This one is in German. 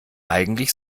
eigentlich